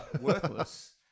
worthless